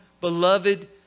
beloved